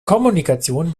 kommunikation